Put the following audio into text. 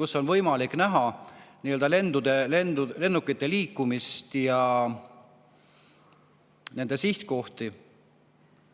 kust on võimalik näha lennukite liikumist ja nende sihtkohti.